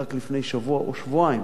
רק לפני שבוע או שבועיים.